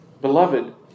beloved